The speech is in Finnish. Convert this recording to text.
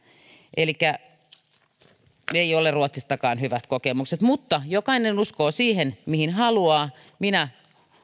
elikkä ei ole ruotsissakaan hyvät kokemukset mutta jokainen uskoo siihen mihin haluaa minä